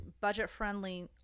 budget-friendly